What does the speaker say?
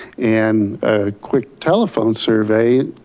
and a quick telephone survey